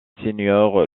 seigneurs